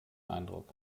eindruck